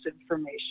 information